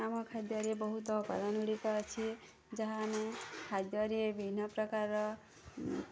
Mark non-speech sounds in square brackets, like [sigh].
ଆମ ଖାଦ୍ୟରେ ବହୁତ [unintelligible] ଅଛି ଯାହା ଆମେ ଖାଦ୍ୟରେ ବିଭିନ୍ନ ପ୍ରକାରର